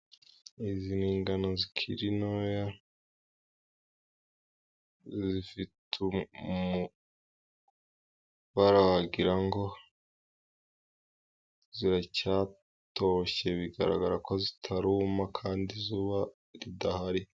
Izi ni ingano zikiri ntoya, zifite ibara wagira ngo ziracyatoshye, bigaragara ko zitaruma kandi izuba ridahari.